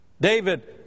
David